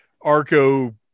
Arco